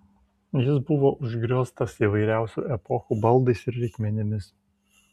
jis buvo užgrioztas įvairiausių epochų baldais ir reikmenimis